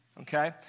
okay